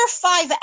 five